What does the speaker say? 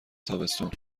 تابستون